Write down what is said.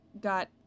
got